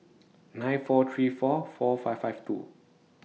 nine four three four four five five two